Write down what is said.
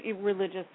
religious